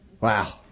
Wow